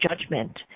judgment